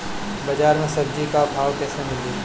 बाजार मे सब्जी क भाव कैसे मिली?